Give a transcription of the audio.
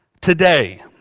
today